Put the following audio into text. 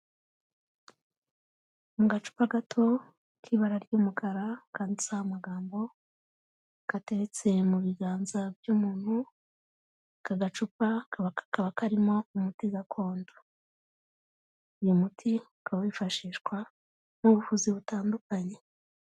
Mu gacupa gato k'ibara ry'umukara kanditseho amagambo, gateretse mu biganza by'umuntu, aka gacupa kakaba karimo umuti gakondo, uyu muti ukaba wifashishwa mu buvuzi butandukanye.